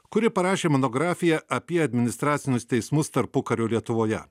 kuri parašė monografiją apie administracinius teismus tarpukario lietuvoje